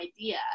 idea